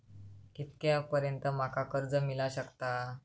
कितक्या पर्यंत माका कर्ज मिला शकता?